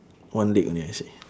one leg only I see